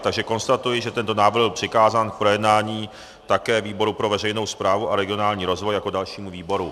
Takže konstatuji, že tento návrh byl přikázán k projednání také výboru pro veřejnou správu a regionální rozvoj jako dalšímu výboru.